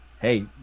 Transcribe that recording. hey